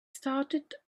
started